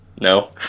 No